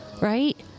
right